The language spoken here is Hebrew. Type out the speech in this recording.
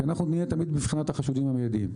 כי אנחנו נהיה תמיד בבחינת החשודים המיידיים,